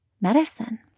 medicine